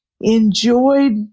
enjoyed